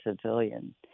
civilian